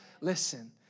Listen